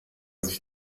sich